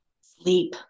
Sleep